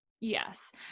Yes